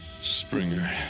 Springer